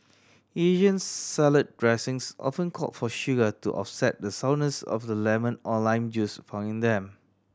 Asian salad dressings often call for sugar to offset the sourness of the lemon or lime juice found in them